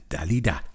Dalida